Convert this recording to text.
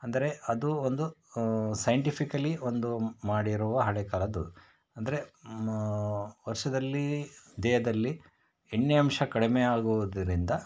ಅಂದರೆ ಅದು ಒಂದು ಸೈಂಟಿಫಿಕಲಿ ಒಂದು ಮಾಡಿರುವ ಹಳೆಯ ಕಾಲದ್ದು ಅಂದರೆ ವರ್ಷದಲ್ಲಿ ದೇಹದಲ್ಲಿ ಎಣ್ಣೆ ಅಂಶ ಕಡಿಮೆ ಆಗುವುದರಿಂದ